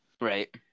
Right